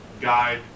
guide